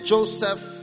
Joseph